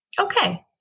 Okay